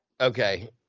Okay